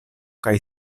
kaj